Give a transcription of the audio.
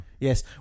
Yes